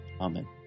amen